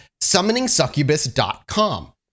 summoningsuccubus.com